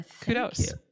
Kudos